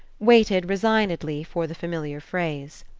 waited resignedly for the familiar phrase.